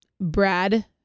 Brad